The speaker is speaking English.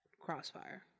crossfire